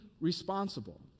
responsible